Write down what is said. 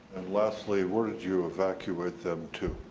lastly, where did you evacuate them to?